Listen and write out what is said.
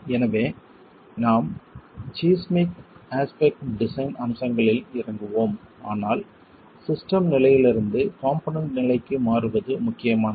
எனவே நாம் seismic aspect design அம்சங்களில் இறங்குவோம் ஆனால் சிஸ்டம் நிலையிலிருந்து காம்போனென்ட் நிலைக்கு மாறுவது முக்கியமானது